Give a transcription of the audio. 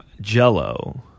jello